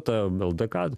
ta ldk